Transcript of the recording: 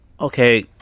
okay